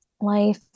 life